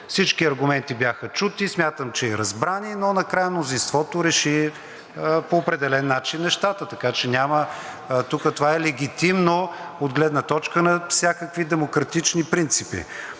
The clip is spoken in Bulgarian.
Всички аргументи бяха чути. Смятам, че и разбрани, но накрая мнозинството реши по определен начин нещата. Така че тук това е легитимно, от гледна точка на всякакви демократични принципи.